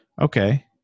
okay